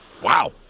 Wow